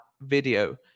video